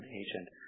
agent